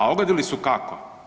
A ogadili su kako?